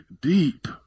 deep